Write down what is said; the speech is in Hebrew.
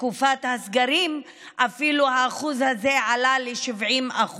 בתקופת הסגרים השיעור הזה עלה אפילו ל-70%,